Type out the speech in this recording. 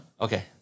Okay